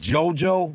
Jojo